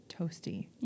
toasty